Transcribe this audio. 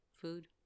food